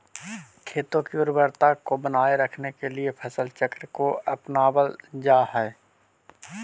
खेतों की उर्वरता को बनाए रखने के लिए फसल चक्र को अपनावल जा हई